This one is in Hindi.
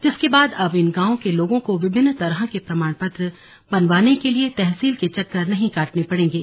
जिसके बाद अब इन गांव के लोगों को विभिन्न तरह के प्रमाण पत्र बनवाने के लिए तहसील के चक्कर नहीं काटने पड़ेंगे